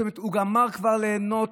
זאת אומרת, הוא גמר כבר ליהנות.